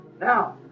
Now